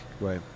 Right